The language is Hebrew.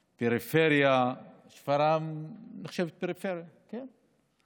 פריפריה, שפרעם נחשבת פריפריה, כן.